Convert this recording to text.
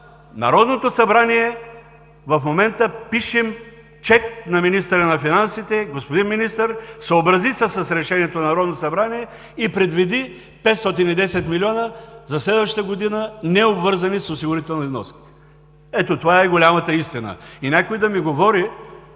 Народното събрание – в момента пишем чек на министъра на финансите. Господин Министър, съобразете се с решението на Народното събрание и предвидете 510 милиона за следваща година, необвързани с осигурителни вноски! Ето това е голямата истина! И някой да ми говори,